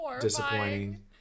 disappointing